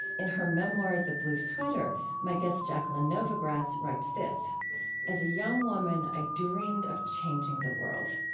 in her memoir, the blue sweater, my guest jacqueline novogratz writes this as a young woman, i dreamed of changing the world.